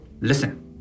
listen